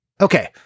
Okay